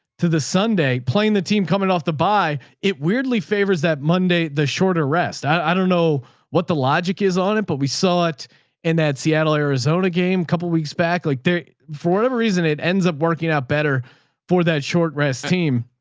to the sunday, playing the team, coming off the, by it weirdly favors that monday, the shorter rest. i, i don't know what the logic is on it, but we saw it in and that seattle, arizona game a couple of weeks back like there, for whatever reason, it ends up working out better for that short rest team.